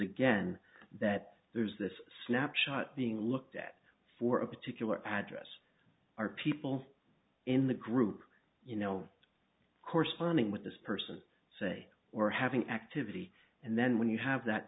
again that there's this snapshot being looked at for a particular address are people in the group you know corresponding with this person say or having activity and then when you have that